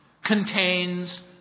Contains